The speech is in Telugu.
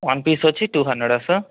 వన్ పీస్ వచ్చి టూ హండ్రెడ్ సార్